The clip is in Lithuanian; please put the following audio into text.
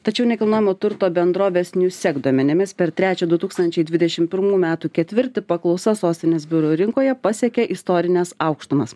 tačiau nekilnojamo turto bendrovės niuseg duomenimis per trečią du tūkstančiai dvidešim pirmų metų ketvirtį paklausa sostinės biurų rinkoje pasiekė istorines aukštumas